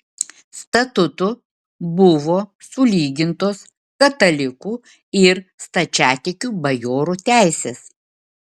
statutu buvo sulygintos katalikų ir stačiatikių bajorų teisės